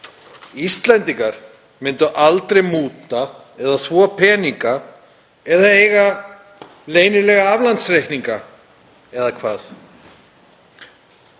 Íslendingar myndu aldrei múta eða þvætta peninga eða eiga leynilega aflandsreikninga. Eða hvað?